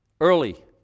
early